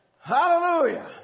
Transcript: Hallelujah